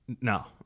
No